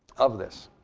of this